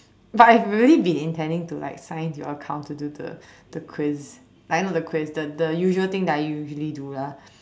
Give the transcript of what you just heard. but I have really been intending to like find a account to do the quiz like not the quiz the the usual thing I usually do lah